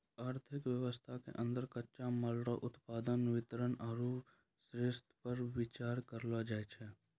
आर्थिक वेवस्था के अन्दर कच्चा माल रो उत्पादन वितरण आरु श्रोतपर बिचार करलो जाय छै